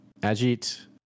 Ajit